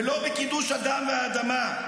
ולא בקידוש האדם והאדמה.